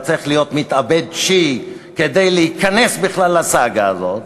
אתה צריך להיות מתאבד שיעי כדי להיכנס בכלל לסאגה הזאת.